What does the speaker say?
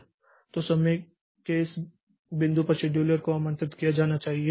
तो समय के इस बिंदु पर शेड्यूलर को आमंत्रित किया जाना चाहिए